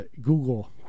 Google